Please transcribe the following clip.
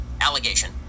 allegation